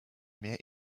mehr